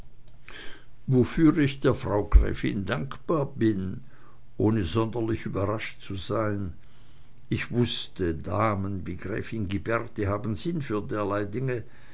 wofür ich der frau gräfin dankbar bin ohne sonderlich überrascht zu sein ich wußte damen wie gräfin ghiberti haben sinn für derlei dinge